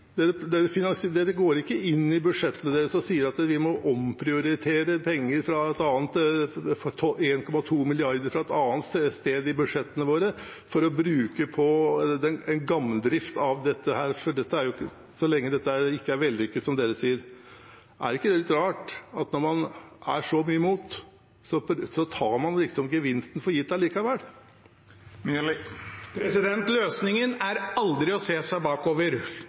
går ikke inn i budsjettene sine og sier at de må omprioritere 1,2 mrd. kr fra et annet sted, og bruke dem på drift av dette så lenge det ikke er vellykket, som de sier. Er det ikke litt rart at når man er så mye mot, tar man gevinsten for gitt likevel? Løsningen er aldri å se seg bakover,